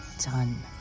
done